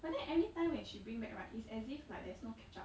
but then everytime when she bring back right it's as if like there's no ketchup